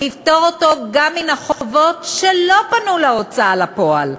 לפטור אותו גם מן החובות שלא פנו בגינם להוצאה לפועל,